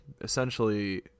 essentially